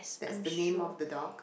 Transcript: that's the name of the dog